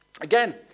Again